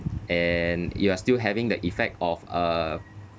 and we are still having the effect of uh